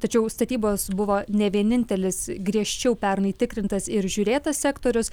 tačiau statybos buvo ne vienintelis griežčiau pernai tikrintas ir žiūrėtas sektorius